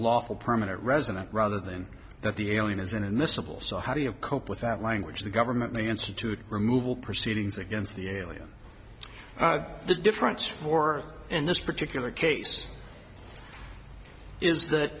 lawful permanent resident rather than that the alien is inadmissible so how do you cope with that language the government may institute removal proceedings against the alien the difference for in this particular case is that